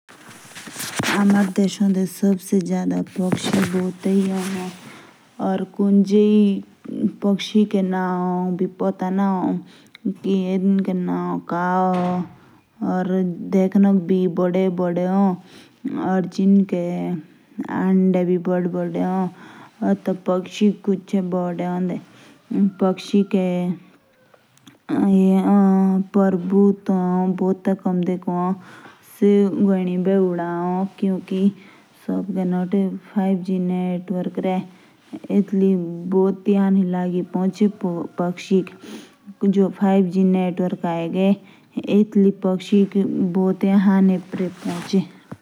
एबे जो माहिने बी ए अगियाक ता ए जनवरी, टैब आओ फरवरी ते टेटके बाद आओ मार्च। इसके बाद अप्रैल, मई, जून, जुलाई, ते अगस्त तेई सितंबर तेई अक्टूबर, तबे एओ नवंबर तेई आओ दिसंबर।